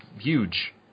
huge